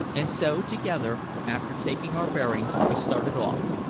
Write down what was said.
and so together, after taking our bearings, we started off,